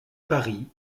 paris